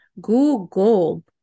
Google